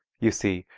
you see,